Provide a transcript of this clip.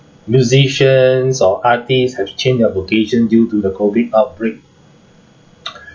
musicians or artists have changed their vocation due to the COVID outbreak